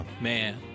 man